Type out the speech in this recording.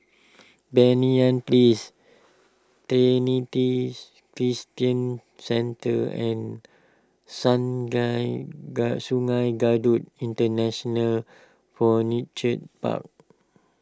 Banyan Place Trinity Christian Centre and Sungei Kadut International Furniture Park